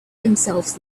themselves